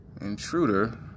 intruder